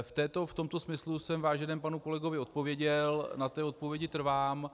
V tomto smyslu jsem váženému panu kolegovi odpověděl, na té odpovědi trvám.